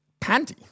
panty